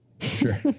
Sure